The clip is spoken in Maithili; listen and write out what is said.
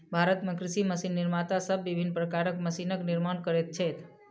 भारत मे कृषि मशीन निर्माता सब विभिन्न प्रकारक मशीनक निर्माण करैत छथि